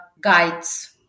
guides